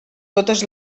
totes